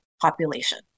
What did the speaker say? population